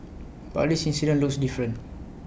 but this incident looks different